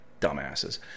dumbasses